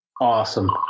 Awesome